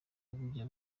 bujya